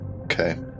okay